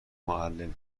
معلم